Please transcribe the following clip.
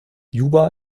juba